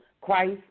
Christ